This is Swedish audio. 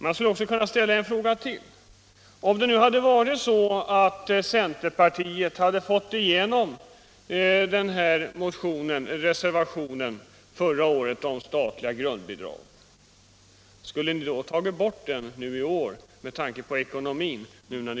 Man skulle kunna ställa en fråga till: Om centerpartiet förra året hade fått igenom sin reservation om statliga grundbidrag, skulle man då tagit bort bidragen i år med tanke på ekonomin?